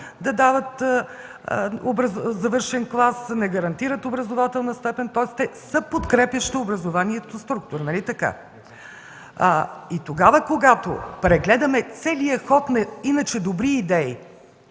да дават завършен клас, не гарантират образователна степен. Това са подкрепящи образованието структури. Нали така? И тогава, когато прегледаме целия ход на иначе добри идеи,